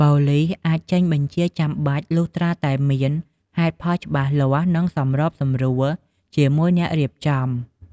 ប៉ូលិសអាចចេញបញ្ជាចាំបាច់លុះត្រាតែមាន ហេតុផលច្បាស់លាស់ និង សម្របសម្រួលជាមួយអ្នករៀបចំ។